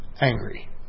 angry